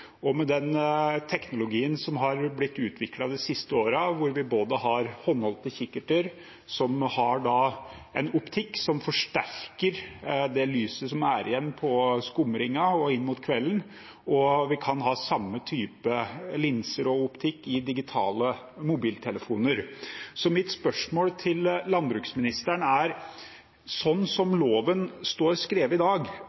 den teknologien som har blitt utviklet de siste årene, har vi fått både håndholdte kikkerter som har en optikk som forsterker det lyset som er igjen i skumringen og inn mot kvelden, og vi kan ha den samme typen linser og optikk i digitale mobiltelefoner. Så mitt spørsmål til landbruksministeren er: